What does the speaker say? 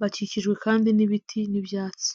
Bakikijwe kandi n'ibiti n'ibyatsi.